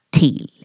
till